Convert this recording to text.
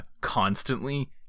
constantly